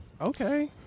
Okay